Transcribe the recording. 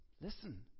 Listen